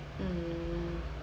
mm